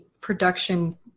production